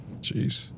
Jeez